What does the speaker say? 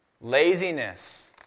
Laziness